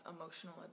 emotional